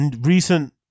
recent